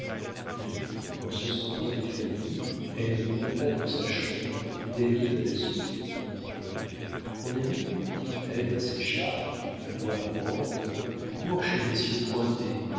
puis en se sentant défaillir elle monta dans sa chambre où david la suivit mon ami dit ève à séchard d'une voix mourante cours chez